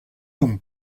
omp